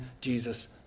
Jesus